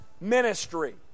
ministry